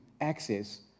access